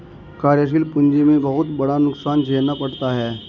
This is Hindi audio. कार्यशील पूंजी में बहुत बड़ा नुकसान झेलना पड़ता है